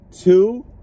Two